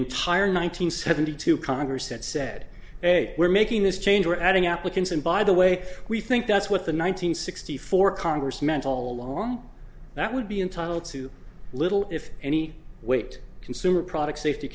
entire nine hundred seventy two congress that said hey we're making this change we're adding applicants and by the way we think that's what the nine hundred sixty four congress meant all along that would be entitle to little if any weight consumer product safety